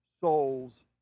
souls